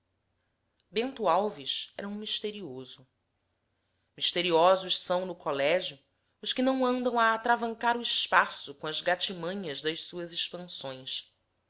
bento alves era um misterioso misteriosos são no colégio os que não andam a atravancar o espaço com as gatimanhas das suas expansões